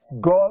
God